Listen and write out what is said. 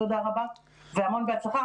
תודה רבה והמון הצלחה.